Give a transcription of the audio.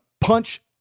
punch